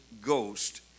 Ghost